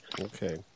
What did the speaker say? Okay